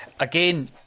Again